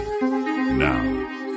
Now